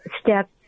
step